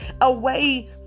away